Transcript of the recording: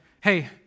hey